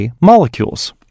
molecules